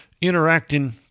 interacting